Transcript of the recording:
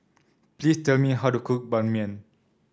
please tell me how to cook Ban Mian